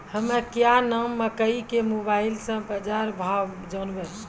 हमें क्या नाम मकई के मोबाइल से बाजार भाव जनवे?